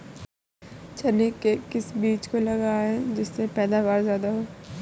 चने के किस बीज को लगाएँ जिससे पैदावार ज्यादा हो?